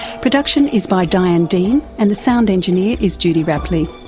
production is by diane dean, and the sound engineer is judy rapley,